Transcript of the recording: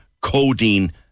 codeine